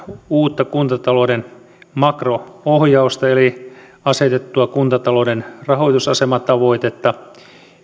uutta kuntatalouden makro ohjausta eli asetettua kuntatalouden rahoitusasematavoitetta